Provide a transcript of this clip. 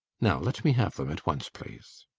now, let me have them at once, please.